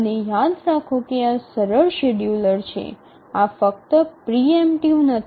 અને યાદ રાખો કે આ સરળ શેડ્યૂલર છે આ ફક્ત પ્રિ એમ્પટિવ નથી